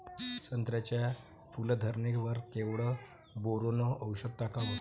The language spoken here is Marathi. संत्र्याच्या फूल धरणे वर केवढं बोरोंन औषध टाकावं?